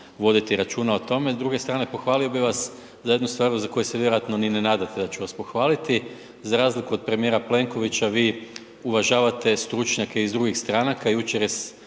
voditi računa o tome. S druge strane pohvalio bi vas za jednu star za koju se vjerojatno ni ne nadate da ću vas pohvaliti. Za razliku od premijera Plenkovića vi uvažavate stručnjake iz drugih stranaka. Jučer